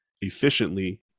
efficiently